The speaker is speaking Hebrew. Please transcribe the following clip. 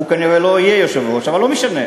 הוא כנראה לא יהיה יושב-ראש, אבל לא משנה,